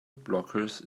blockers